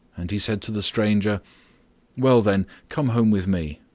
and he said to the stranger well then, come home with me,